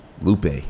Lupe